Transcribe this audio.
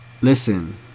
Listen